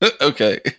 Okay